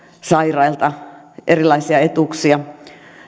sairailta erilaisia etuuksia